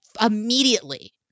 immediately